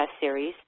Series